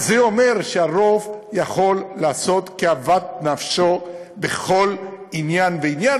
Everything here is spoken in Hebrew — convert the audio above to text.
אז זה אומר שהרוב יכול לעשות כאוות נפשו בכל עניין ועניין,